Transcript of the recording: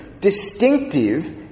distinctive